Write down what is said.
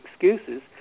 excuses